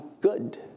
good